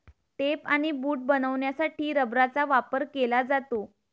tape आणि boot बनवण्यासाठी रबराचा वापर केला जातो